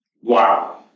Wow